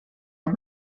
amb